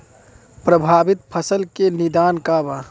प्रभावित फसल के निदान का बा?